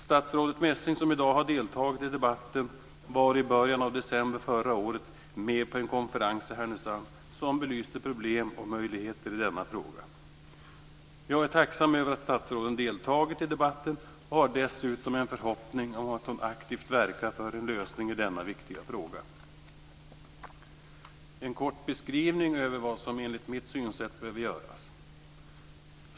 Statsrådet Messing, som i dag har deltagit i debatten, var i början av december förra året med på en konferens i Härnösand där problem och möjligheter i denna fråga belystes. Jag är tacksam över att statsrådet deltagit i debatten och har dessutom en förhoppning om att hon aktivt ska verka för en lösning av denna viktiga fråga. Jag vill lämna en kort beskrivning av vad som enligt mitt synsätt behöver göras.